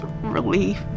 relief